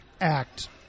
act